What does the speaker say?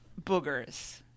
boogers